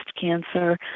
cancer